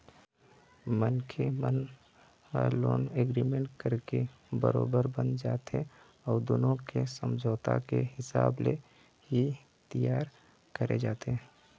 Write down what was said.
मनखे मन ह लोन एग्रीमेंट करके बरोबर बंध जाथे अउ दुनो के समझौता के हिसाब ले ही तियार करे जाथे